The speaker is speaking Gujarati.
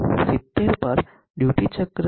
70 પર ડ્યુટી ચક્ર 0